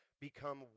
become